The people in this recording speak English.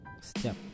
step